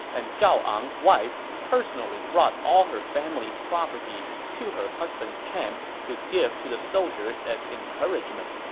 and zhao ang's wife personally brought all her family's property to her husband's camp to give to the soldiers as encouragement